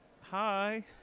Hi